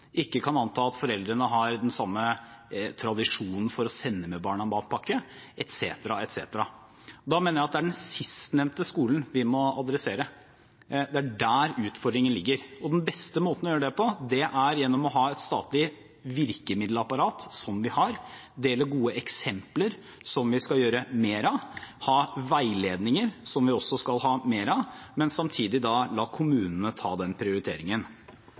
ikke kan anta at foreldrene har den samme tradisjonen for å sende med barna matpakke, etc. Da mener jeg at det er den sistnevnte skolen vi må adressere, det er der utfordringen ligger. Og den beste måten å gjøre det på er gjennom å ha et statlig virkemiddelapparat, som vi har, dele gode eksempler, som vi skal gjøre mer av, ha veiledninger, som vi også skal ha mer av, men samtidig la kommunene ta den prioriteringen.